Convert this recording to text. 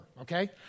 Okay